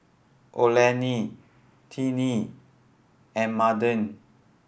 Olene Tinie and Madden